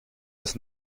als